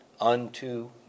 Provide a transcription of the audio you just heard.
unto